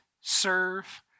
serve